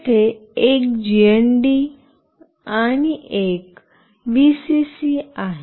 तेथे एक जीएनडी आणि एक व्हीसीसी आहे